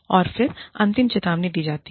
और फिर एक अंतिम चेतावनी दी जाती है